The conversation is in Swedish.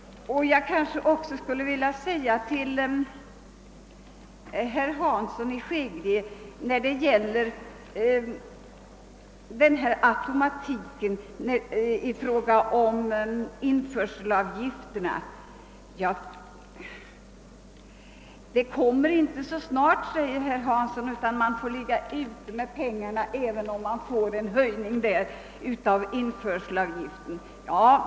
Jag skulle också vilja säga några ord till herr Hansson i Skegrie vad beträffar automatiken i fråga om införselavgifterna. Han framhåller att om automatiken inte inträder tillräckligt snabbt, får man ligga ute med pengarna innan man har glädje av en höjning av införselavgiften.